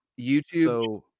YouTube